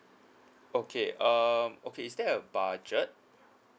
okay um okay is there a budget